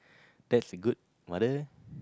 that's a good mother